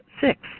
six